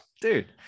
dude